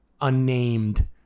unnamed